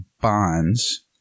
bonds